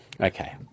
Okay